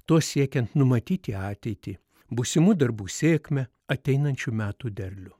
tuo siekiant numatyti ateitį būsimų darbų sėkmę ateinančių metų derlių